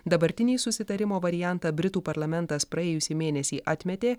dabartinį susitarimo variantą britų parlamentas praėjusį mėnesį atmetė